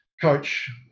coach